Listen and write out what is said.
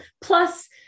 Plus